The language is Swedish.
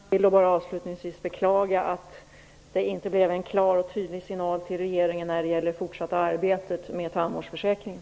Herr talman! Jag vill bara avslutningsvis beklaga att det inte blev någon klar och tydlig signal till regeringen om det fortsatta arbetet med tandvårdsförsäkringen.